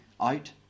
out